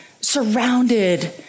surrounded